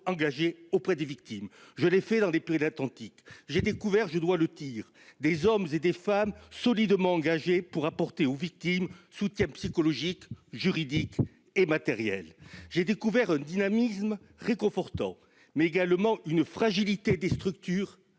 engagées auprès des victimes. Je l'ai fait dans les Pyrénées-Atlantiques. Je dois dire que j'ai découvert des hommes et des femmes solidement engagés pour apporter aux victimes soutien psychologique, juridique et matériel. J'ai découvert un dynamisme réconfortant, mais également une fragilité des structures